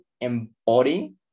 embody